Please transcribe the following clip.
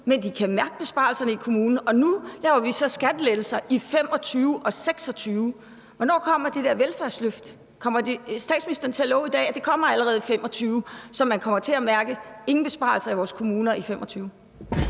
men de kan mærke besparelserne i kommunerne, og nu laver vi så skattelettelser i 2025 og 2026. Hvornår kommer det der velfærdsløft? Kommer statsministeren til at love i dag, at det kommer allerede i 2025, så man kommer til at mærke, at der ingen besparelser er i vores kommuner i 2025?